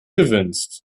gewinnst